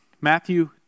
Matthew